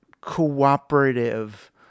cooperative